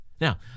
Now